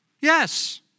Yes